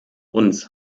uns